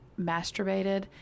masturbated